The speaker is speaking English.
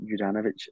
Juranovic